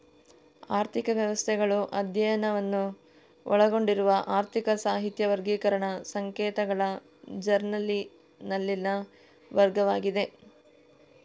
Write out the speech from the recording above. ಆರ್ಥಿಕ ವ್ಯವಸ್ಥೆಗಳು ಅಧ್ಯಯನವನ್ನು ಒಳಗೊಂಡಿರುವ ಆರ್ಥಿಕ ಸಾಹಿತ್ಯ ವರ್ಗೀಕರಣ ಸಂಕೇತಗಳ ಜರ್ನಲಿನಲ್ಲಿನ ವರ್ಗವಾಗಿದೆ